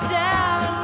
down